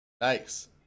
Nice